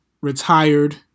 Retired